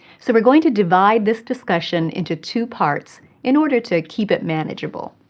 so we're going to divide this discussion into two parts in order to keep it manageable.